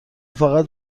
فقط